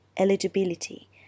eligibility